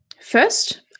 First